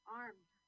armed